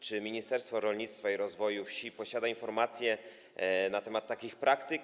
Czy Ministerstwo Rolnictwa i Rozwoju Wsi posiada informacje na temat takich praktyk?